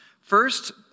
First